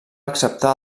acceptar